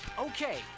Okay